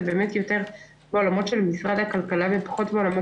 זה באמת יותר בעולמות של משרד הכלכלה ופחות בעולמות